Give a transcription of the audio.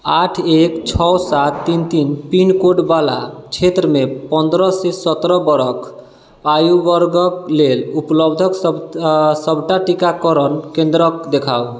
आठ एक छओ सात तीन तीन पिन कोड वला क्षेत्रमे पन्द्रह से सत्रह बरख आयु वर्गक लेल उपलब्धक सभ सभटा टीकाकरण केन्द्रक देखाउ